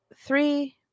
three